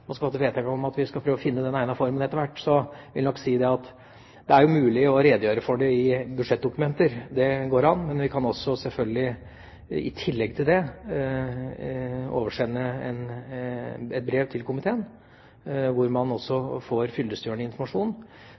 man skal fatte vedtak om at vi skal prøve å finne den egnede formen etter hvert – er å redegjøre for det i budsjettdokumenter. Det går an. Vi kan selvfølgelig i tillegg til det oversende et brev til komiteen hvor man også får fyllestgjørende informasjon.